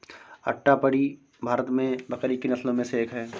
अट्टापडी भारत में बकरी की नस्लों में से एक है